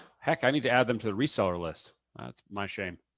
heck, i need to add them to the reseller list. that's my shame.